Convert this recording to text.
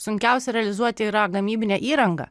sunkiausia realizuoti yra gamybinę įrangą